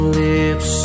lips